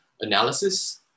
analysis